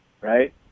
Right